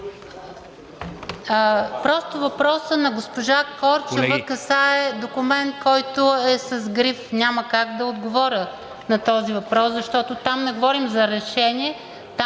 Въпросът на госпожа Корчева касае документ, който е с гриф. Няма как да отговоря на този въпрос, защото там не говорим за решение,